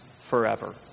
forever